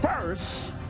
first